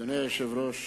אדוני היושב-ראש,